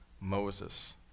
Moses